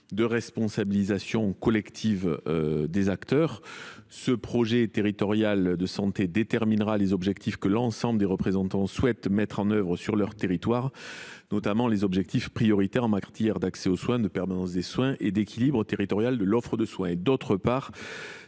de responsabilisation collective des acteurs. Ce projet déterminera les objectifs que l’ensemble des représentants souhaitent mettre en œuvre sur leur territoire, notamment les objectifs prioritaires en matière d’accès aux soins, de permanence des soins et d’équilibre territorial de l’offre de soins.